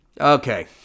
okay